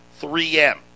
3M